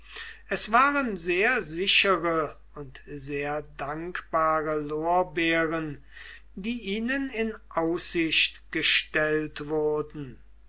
es waren sehr sichere und sehr dankbare lorbeeren die ihnen in aussicht gestellt wurden